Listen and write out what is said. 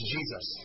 Jesus